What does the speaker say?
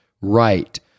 right